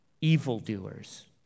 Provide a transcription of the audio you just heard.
evildoers